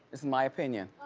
it's my opinion.